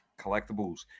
Collectibles